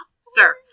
Sir